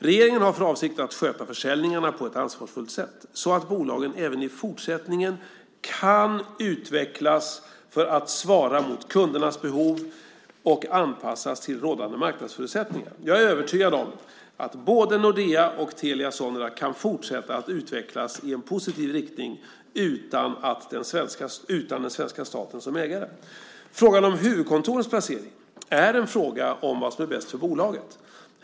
Regeringen har för avsikt att sköta försäljningarna på ett ansvarsfullt sätt, så att bolagen även i fortsättningen kan utvecklas för att svara mot kundernas behov och anpassas till rådande marknadsförutsättningar. Jag är övertygad om att både Nordea och Telia Sonera kan fortsätta att utvecklas i en positiv riktning utan den svenska staten som ägare. Frågan om huvudkontorets placering är en fråga om vad som är bäst för bolaget.